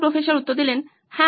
professor 2 হ্যাঁ